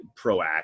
proactive